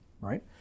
right